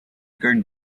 good